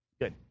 Good